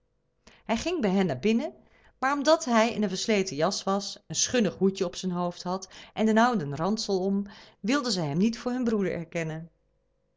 hij ging bij hen binnen maar omdat hij in een versleten jas was het schunnige hoedje op zijn hoofd had en den ouden ransel om wilden zij hem niet voor hun broeder herkennen